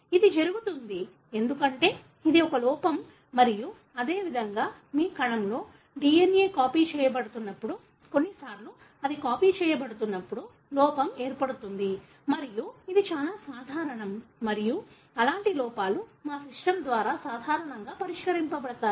ఇది జరుగుతుంది ఎందుకంటే ఇది ఒక లోపం మరియు అదేవిధంగా మీ కణంలో DNA కాపీ చేయబడుతున్నప్పుడు కొన్నిసార్లు అది కాపీ చేయబడుతున్నప్పుడు లోపం ఏర్పడుతుంది మరియు ఇది చాలా సాధారణం మరియు అలాంటి లోపాలు మా సిస్టమ్ ద్వారా సాధారణంగా పరిష్కరించబడతాయి